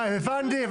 הבנתי.